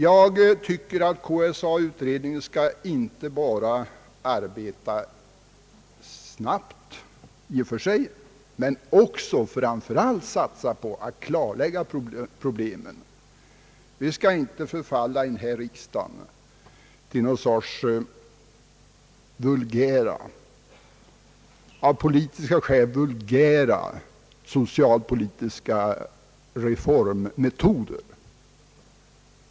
Jag tycker att KSA-utredningen inte bara skall arbeta snabbt utan också framför allt satsa på att klarlägga problemen. Vi skall inte i den här riksdagen av politiska skäl förfalla till några vulgära socialpolitiska reformmetoder.